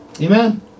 Amen